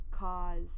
cause